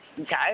okay